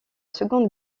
seconde